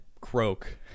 croak